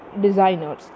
designers